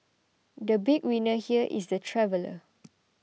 the big winner here is the traveller